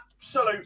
absolute